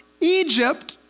Egypt